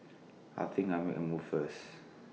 I think I'll make A move first